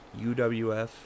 UWF